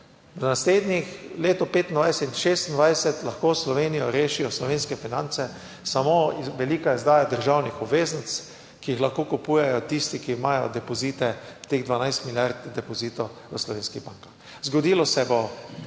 V naslednjih, leto 2025 in 2026 lahko Slovenijo rešijo slovenske finance, samo velika izdaja državnih obveznic, ki jih lahko kupujejo tisti, ki imajo depozite teh 12 milijard depozitov v slovenskih bankah. Zgodilo se bo